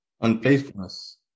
Unfaithfulness